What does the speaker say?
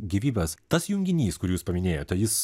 gyvybės tas junginys kurį jūs paminėjote jis